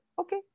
okay